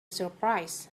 surprise